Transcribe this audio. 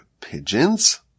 pigeons